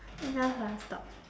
enough ah stop